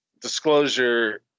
disclosure